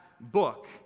book